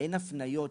אין הפניות,